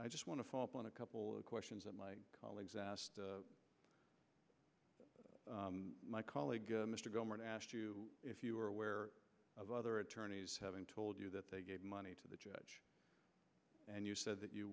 i just want to follow up on a couple of questions of my colleagues my colleague mr goldman asked you if you are aware of other attorneys having told you that they gave money to the judge and you said that you